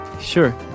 Sure